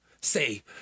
say